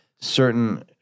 certain